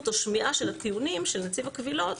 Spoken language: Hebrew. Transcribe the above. או שמיעה של הטיעונים של נציב הקבילות